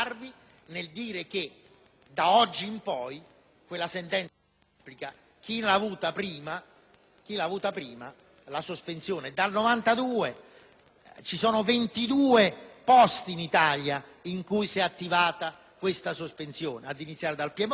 da oggi in poi quella sentenza si applica a chi ha beneficiato della sospensione dal 1992. Ci sono 22 posti in Italia in cui si è attivata questa sospensione, ad iniziare dal Piemonte. C'è dentro perfino Arcore